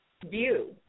View